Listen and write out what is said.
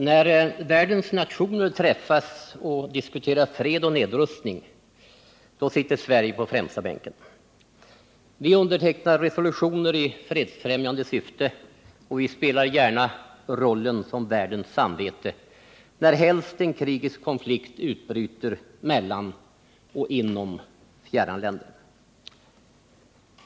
Herr talman! När världens nationer träffas och diskuterar fred och nedrustning sitter svenskarna på främsta bänken. Vi undertecknar resolutioner i fredsfrämjande syfte, och vi spelar gärna rollen som världens samvete närhelst en krigisk konflikt utbryter mellan och inom fjärran länder.